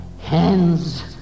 hands